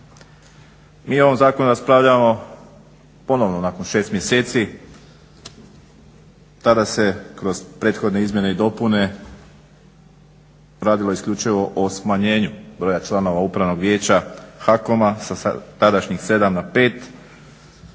Mi o ovom zakonu raspravljamo ponovno nakon 6 mjeseci, tada se kroz prethodne izmjene i dopune radilo isključivo o smanjenju broja članova Upravnog vijeća HAKOM-a sa tadašnjih 7 na 5.